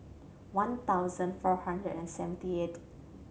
one thousand four hundred and seventy eighth